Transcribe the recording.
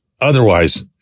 otherwise